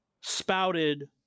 spouted